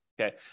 okay